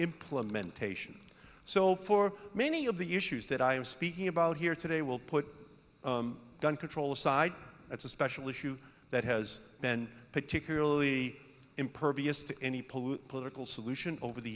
implementation so for many of the issues that i'm speaking about here today will put gun control aside that's a special issue that has been particularly impervious to any pull political solution over the